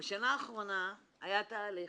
בשנה האחרונה היה תהליך,